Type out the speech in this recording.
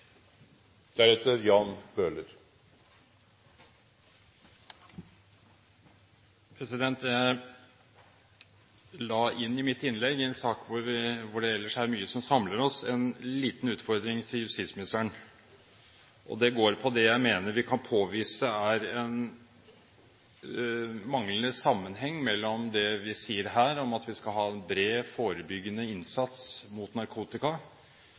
mye som samler oss, en liten utfordring til justisministeren. Det gjelder det jeg mener vi kan påvise er en manglende sammenheng mellom det vi sier her, og at vi skal bred, forebyggende innsats mot narkotika.